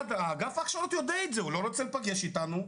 אגף ההכשרות יודע את זה, הוא לא רוצה להיפגש אתנו.